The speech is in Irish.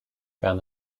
bean